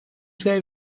twee